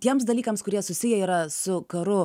tiems dalykams kurie susiję yra su karu